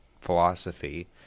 philosophy